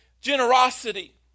generosity